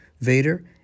Vader